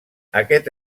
aquest